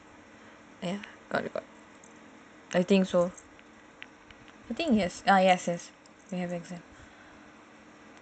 got got I think so I think yes yes we have exam